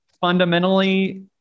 fundamentally